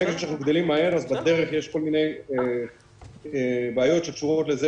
ברגע שאנחנו גדלים מהר אז בדרך יש כל מיני בעיות שקשורות לזה